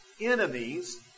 enemies